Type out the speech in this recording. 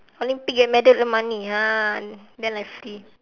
olympic get medal earn money ah then I free